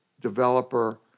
developer